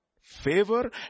favor